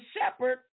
shepherd